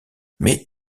mais